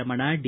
Ramana D